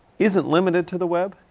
isn't limited to the web.